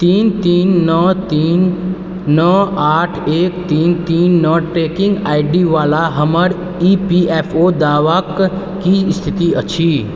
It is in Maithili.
तीन तीन नओ तीन नओ आठ एक तीन तीन नओ ट्रैकिङ्ग आइडीवला हमर ई पी एफ ओ दावाके की स्थिति अछि